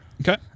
Okay